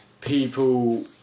people